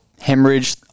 hemorrhage